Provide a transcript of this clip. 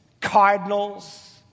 cardinals